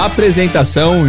Apresentação